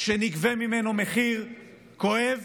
שנגבה ממנו מחיר כואב